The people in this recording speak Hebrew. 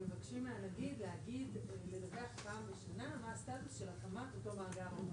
מבקשים מהנגיד לדווח פעם בשנה מה הסטטוס של הקמת אותו מאגר.